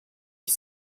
ich